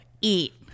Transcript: Eat